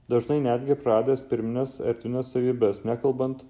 dažnai netgi praradęs pirmines etines savybes nekalbant